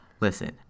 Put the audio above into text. Listen